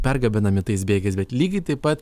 pergabenami tais bėgiais bet lygiai taip pat